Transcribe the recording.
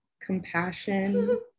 compassion